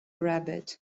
rabbit